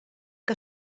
que